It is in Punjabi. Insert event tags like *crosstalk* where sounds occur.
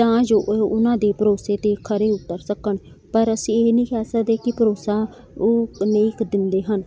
ਤਾਂ ਜੋ ਉਹਨਾਂ ਦੇ ਭਰੋਸੇ 'ਤੇ ਖਰੇ ਉੱਤਰ ਸਕਣ ਪਰ ਅਸੀਂ ਇਹ ਨਹੀਂ ਕਹਿ ਸਕਦੇ ਕਿ ਭਰੋਸਾ ਉਹ *unintelligible* ਦਿੰਦੇ ਹਨ